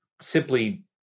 simply